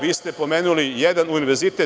Vi ste pomenuli jedan univerzitet.